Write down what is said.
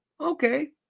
Okay